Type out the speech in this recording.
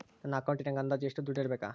ನನ್ನ ಅಕೌಂಟಿನಾಗ ಅಂದಾಜು ಎಷ್ಟು ದುಡ್ಡು ಇಡಬೇಕಾ?